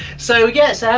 so, yes, yeah